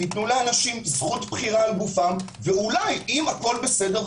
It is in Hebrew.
תנו לאנשים זכות בחירה על גופם ואולי אם הכול בסדר,